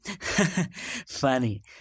Funny